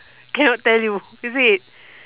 cannot tell you is it